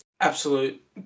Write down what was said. absolute